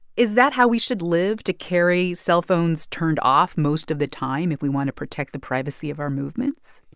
is that how we should live, to carry cellphones turned off most of the time if we want to protect the privacy of our movements?